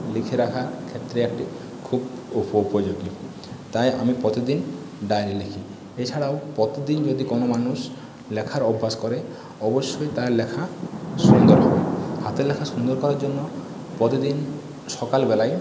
লিখে রাখার ক্ষেত্রে একটি খুব উপযোগী তাই আমি প্রতিদিন ডায়েরি লিখি এছাড়াও প্রতিদিন যদি কোনো মানুষ লেখার অভ্যাস করে অবশ্যই তার লেখা সুন্দর হবে হাতের লেখা সুন্দর করার জন্য প্রতিদিন সকালবেলায়